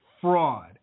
fraud